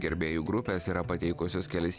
gerbėjų grupės yra pateikusios kelis